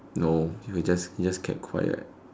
no he just he just kept quiet